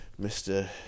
Mr